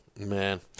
Man